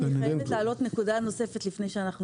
אני חייבת להעלות נקודה נוספת לפני שאנחנו